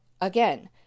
again